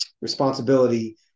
responsibility